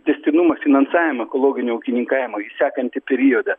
tęstinumą finansavimą ekologinio ūkininkavimo sekantį periodą